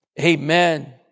Amen